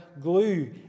glue